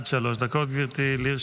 עד שלוש דקות לרשותך.